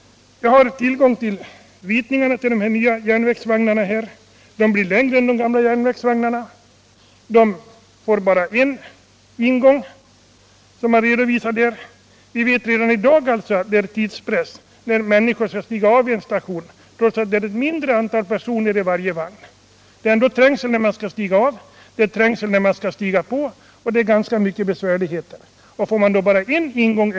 Jag har tillgång till ritningarna till de här nya järnvägsvagnarna. De blir längre än de gamla järnvägsvagnarna, och de får bara en ingång. Vi vet att det redan i dag uppstår en tidspress och ganska många besvärligheter när människor skall stiga av och på tåget vid en station, trots att de nuvarande vagnarna rymmer ett mindre antal personer än de nya.